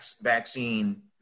vaccine